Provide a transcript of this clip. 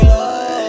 Lord